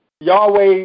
Yahweh